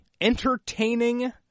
Entertaining